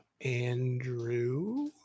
andrew